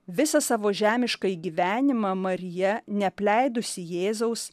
visą savo žemiškąjį gyvenimą marija neapleidusi jėzaus